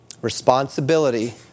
Responsibility